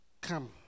come